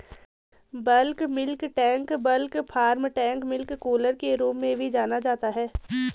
bulk milk tank bulk farm tank milk cooler के रूप में भी जाना जाता है,